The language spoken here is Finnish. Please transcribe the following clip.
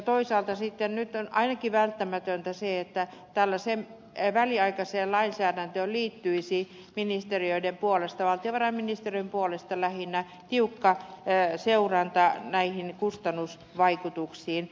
toisaalta sitten nyt on ainakin välttämätöntä se että tällaiseen väliaikaiseen lainsäädäntöön liittyisi ministeriöiden puolesta lähinnä valtiovarainministeriön puolesta tiukka seuranta näihin kustannusvaikutuksiin